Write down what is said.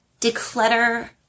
declutter